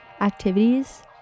activities